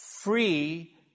free